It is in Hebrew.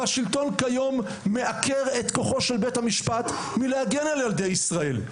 השלטון היום מעקר את כוחו של בית המשפט מלהגן על ילדי ישראל.